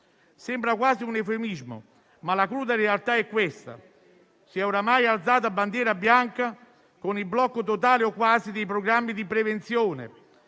sembra quasi un eufemismo, ma la cruda realtà è questa: si è oramai alzata bandiera bianca con il blocco totale o quasi dei programmi di prevenzione,